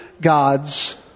God's